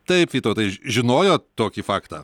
taip vytautai ži žinojot tokį faktą